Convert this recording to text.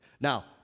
Now